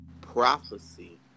prophecy